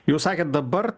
jūs sakėt dabar